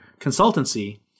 consultancy